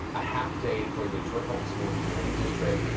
a half day for the detroit public schools community district.